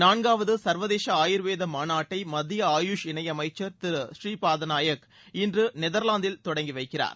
நான்காவது சர்வதேச ஆயுர்வேத மாநாட்டை மத்திய ஆயுஷ் இணையமைச்சர் திரு புரீபாதநாயக் இன்று நெதர்லாந்தில் இன்று தொடங்கி வைக்கிறார்